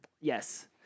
Yes